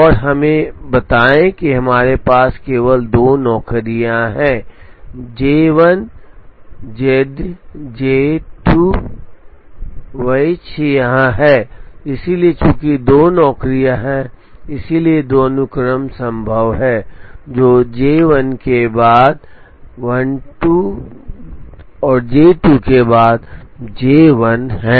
और हमें बताएं कि हमारे पास केवल दो नौकरियां हैं जे 1 जॉंड जे2वाइच यहां हैं इसलिए चूंकि दो नौकरियां हैं इसलिए दो अनुक्रम संभव हैं जो है J1 के बाद J2 और J2 के बाद J1 है